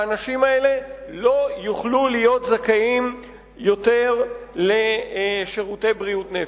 והאנשים האלה לא יהיו עוד זכאים לשירותי בריאות נפש.